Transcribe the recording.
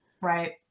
Right